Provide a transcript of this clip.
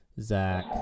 Zach